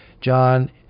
John